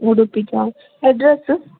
ಉಡುಪಿಗಾ address